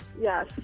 yes